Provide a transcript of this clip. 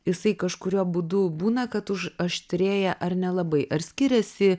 jisai kažkuriuo būdu būna kad už aštrėja ar nelabai ar skiriasi